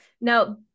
Now